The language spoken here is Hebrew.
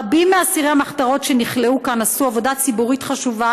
רבים מאסירי המחתרות שנכלאו כאן עשו עבודה ציבורית חשובה